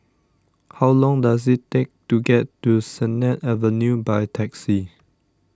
how long does it take to get to Sennett Avenue by taxi